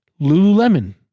Lululemon